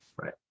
right